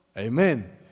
Amen